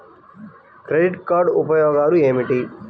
Credit card ఉపయోగాలు ఏమిటి?